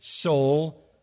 soul